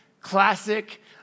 Classic